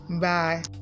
Bye